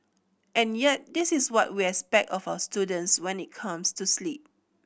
and yet this is what we expect of our students when it comes to sleep